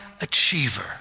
achiever